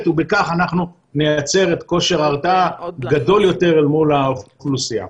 ובכך אנחנו נייצר כושר הרתעה גדול יותר אל מול האוכלוסייה.